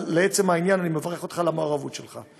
אבל לעצם העניין, אני מברך אותך על המעורבות שלך.